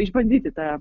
išbandyti tą